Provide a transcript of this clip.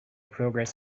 progress